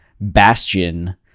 Bastion